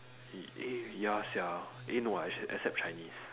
eh eh ya sia eh no exce~ except chinese